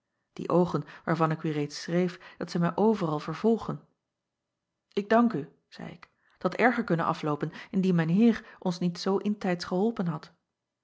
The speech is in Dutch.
die oogen waarvan ik u reeds schreef dat zij mij overal vervolgen k dank u zeî ik t had erger kunnen afloopen acob van ennep laasje evenster delen indien mijn eer ons niet zoo intijds geholpen had